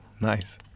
Nice